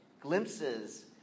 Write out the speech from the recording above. glimpses